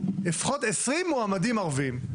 לפחות עשרים מועמדים ערבים,